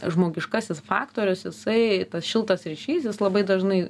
žmogiškasis faktorius jisai tas šiltas ryšys jis labai dažnai